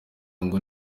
ngo